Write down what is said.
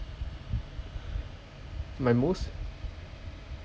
my most